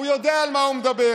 הוא יודע על מה הוא מדבר,